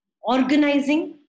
Organizing